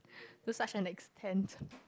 to such an extent